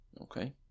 Okay